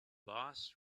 boss